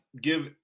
give